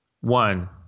One